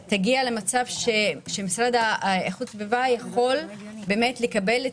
להגיע למצב שמשרד לאיכות הסביבה יכול לקבל את